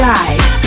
Guys